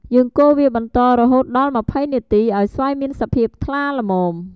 យើងកូរវាបន្តរហូតដល់២០នាទី ឱ្យស្វាយមានសភាពថ្លាល្មម។